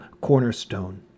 cornerstone